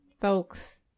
folks